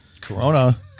Corona